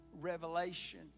revelation